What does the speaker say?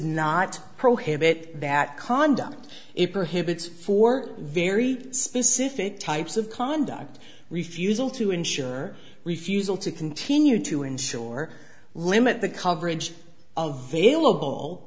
not prohibit that conduct if perhaps it's for very specific types of conduct refusal to ensure refusal to continue to ensure limit the coverage of the illegal